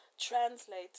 Translate